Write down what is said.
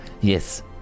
yes